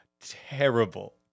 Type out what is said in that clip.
terrible